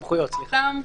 לא,